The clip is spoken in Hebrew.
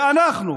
ואנחנו,